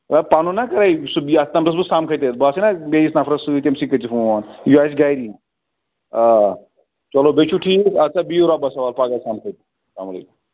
ہے پَنُن ہہ کَرَے سُہ یَتھ نمبرَس بہٕ سَمکھَے تَتہِ بہٕ آسَے نا بیٚیِس نَفرَس سۭتۍ تٔمۍ سٕے کٔرۍزِ فون یہِ آسہِ گَری آ چلو بیٚیہِ چھُو ٹھیٖک اَدٕ سا بِہِو رۄبَس سوال پگاہ سَمکھَے بہٕ السلام علیکُم